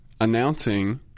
announcing